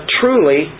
truly